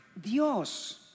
Dios